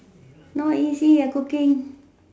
not easy ah cooking